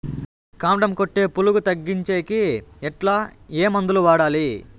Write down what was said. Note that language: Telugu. కాండం కొట్టే పులుగు తగ్గించేకి ఎట్లా? ఏ మందులు వాడాలి?